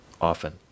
Often